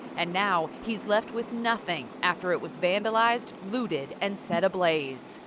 and now he's left with nothing, after it was vandalized, looted and set ablaze.